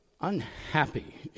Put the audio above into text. Unhappy